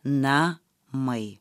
na mai